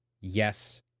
yes